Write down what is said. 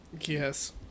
Yes